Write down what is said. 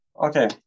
Okay